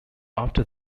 after